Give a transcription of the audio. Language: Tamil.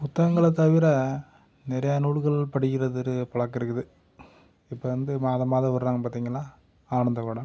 புத்தகங்களை தவிர நிறையா நூல்கள் படிக்கிறது பழக்கம் இருக்குது இப்போ வந்து மாதம் மாதம் விடுறாங்க பார்த்திங்கனா ஆனந்த விகடன்